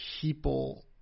people